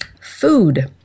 food